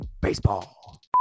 Baseball